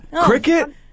Cricket